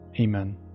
Amen